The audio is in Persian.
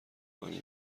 هانی